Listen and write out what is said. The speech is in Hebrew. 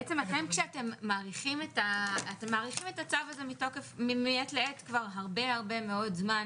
הרי אתם מאריכים את הצו הזה מעת לעת כבר הרבה מאוד זמן,